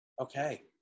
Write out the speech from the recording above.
Okay